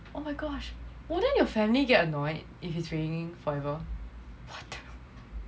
oh my gosh wouldn't your family get annoyed if it's ringing forever